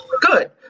good